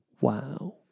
Wow